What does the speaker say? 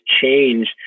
change